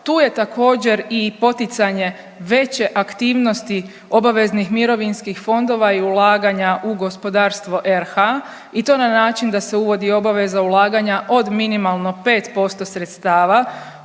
Tu je također i poticanje veće aktivnosti obaveznih mirovinskih fondova i ulaganja u gospodarstvo RH i to na način da se uvodi obaveza ulaganja od minimalno 5% sredstava